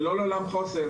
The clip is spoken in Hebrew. ולא לעולם חוסן.